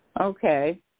Okay